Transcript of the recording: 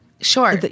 Sure